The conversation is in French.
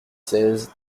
seize